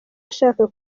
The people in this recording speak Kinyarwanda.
ashaka